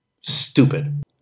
Stupid